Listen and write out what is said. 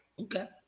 Okay